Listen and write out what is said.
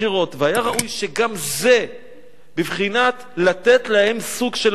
והיה ראוי שגם זה בבחינת לתת להם סוג של מעמד.